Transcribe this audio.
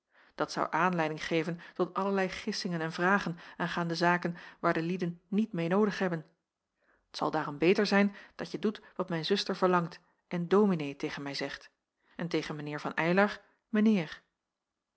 dat zou aanleiding geven tot allerlei gissingen en vragen aangaande zaken waar de lieden niet meê noodig hebben t zal daarom beter zijn dat je doet wat mijn zuster verlangt en dominee tegen mij zegt en tegen mijn heer van eylar